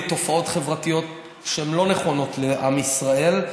תופעות חברתיות שהן לא נכונות לעם ישראל,